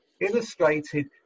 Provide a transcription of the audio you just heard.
illustrated